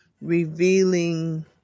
revealing